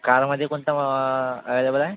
कारमध्ये कोणतं अवेलेबल आहे